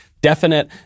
definite